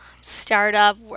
startup